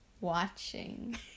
Watching